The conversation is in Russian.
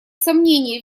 сомнения